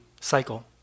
cycle